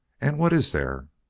and what is there?